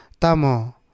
tamo